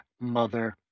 mother